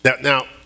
now